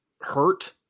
hurt